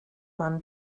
man